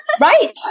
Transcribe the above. right